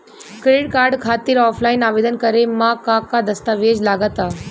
Credit card खातिर offline आवेदन करे म का का दस्तवेज लागत बा?